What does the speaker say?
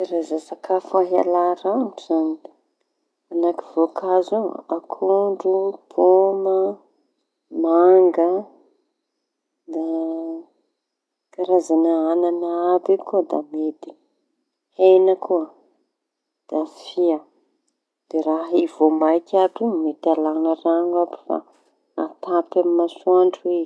Ny karaza sakafo hay ala raño zañy da mañahaky vôkazo: akondro, paoma, manga; da karazaña añana aby io koa da mety, heña koa. Da fia de raha ahia voamaiky aby io da mety alaña raño aby fa atapy amy masoandro eky.